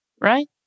right